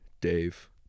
Dave